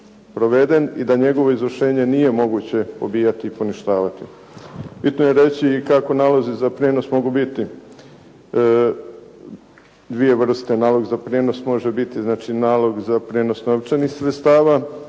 proveden i da njegovo izvršenje nije moguće pobijati i poništavati. Bitno je reći i kako nalozi za prijenos mogu biti, dvije vrste. Nalog za prijenos može biti znači nalog za prijenos novčanih sredstava,